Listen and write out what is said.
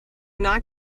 not